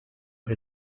rez